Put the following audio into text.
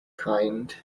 kind